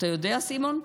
אתה יודע, סימון?